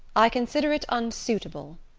i consider it unsuitable.